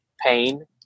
pain